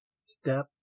Step